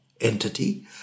entity